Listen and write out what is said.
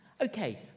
Okay